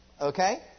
Okay